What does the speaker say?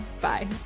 Bye